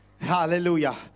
hallelujah